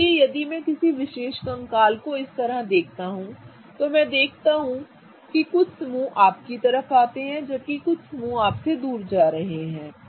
इसलिए यदि मैं किसी विशेष कंकाल को इस तरह देखता हूं तो मैं देखता हूं कि कुछ समूह आपकी ओर आ रहे हैं कुछ समूह आपसे दूर जा रहे हैं